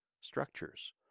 structures